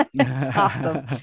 awesome